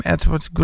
Edward